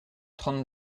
trente